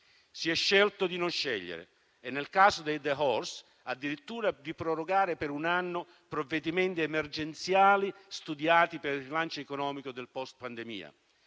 Si è scelto di non scegliere e nel caso dei *dehors*, addirittura, di prorogare per un anno provvedimenti emergenziali studiati per il rilancio economico del post-pandemia.